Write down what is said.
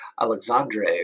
Alexandre